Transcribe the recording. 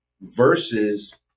Versus